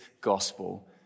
gospel